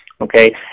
okay